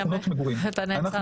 אני מתנצל נתקעתי.